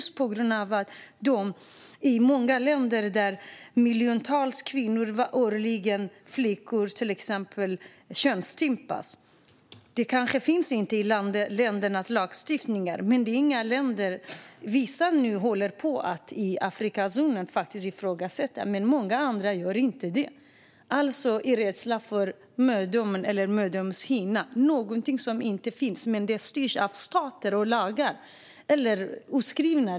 I många länder könsstympas till exempel miljoner kvinnor och flickor årligen, även om detta kanske inte finns med i lagstiftningen. I vissa länder i Afrika har man börjat ifrågasätta detta. Men i många andra länder gör man inte det. Det handlar om rädsla i fråga om mödomen och mödomshinnan, trots att mödomshinnan inte finns. Men detta styrs av stater och deras lagar eller oskrivna lagar.